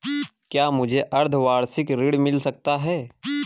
क्या मुझे अर्धवार्षिक ऋण मिल सकता है?